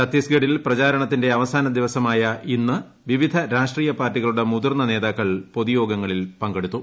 ഛത്തീസ്ഗഡിൽ പ്രചാരണ ത്തിന്റെ അവസാന ദിവസമായ ഇന്ന് വിവിധ രാഷ്ട്രീയ പാർട്ടികളുടെ മുതിർന്ന നേതാക്കൾ പൊതുയോഗങ്ങളിൽ പങ്കെടുത്തു